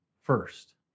first